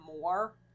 more